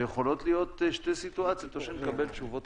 ויכולות להיות שתי סיטואציות: או שנקבל תשובות